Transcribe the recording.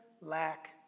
lack